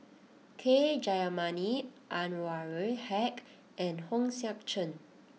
K Jayamani Anwarul Haque and Hong Sek Chern